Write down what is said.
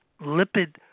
lipid